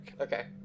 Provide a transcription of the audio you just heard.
Okay